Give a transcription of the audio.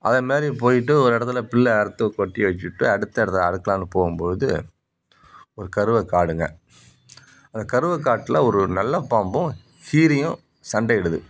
அதை மாதிரி போய்ட்டு ஒரு இடத்துல பில்லை அறுத்து கொட்டி வச்சிட்டு அடுத்த இடத்துல அறுக்கலாம்னு போகும் போது ஒரு கருவக் காடுங்க அந்த கருவக்காட்டில ஒரு நல்ல பாம்பும் கீரியும் சண்டையிடுது